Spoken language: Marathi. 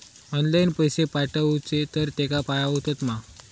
ऑनलाइन पैसे पाठवचे तर तेका पावतत मा?